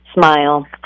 Smile